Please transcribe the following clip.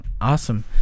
Awesome